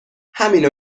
همینو